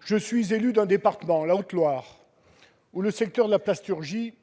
Je suis élu d'un département, la Haute-Loire, où le secteur de la plasturgie